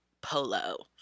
polo